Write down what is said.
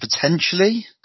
potentially